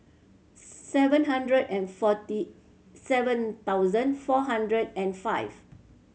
seven hundred and forty seven thousand four hundred and five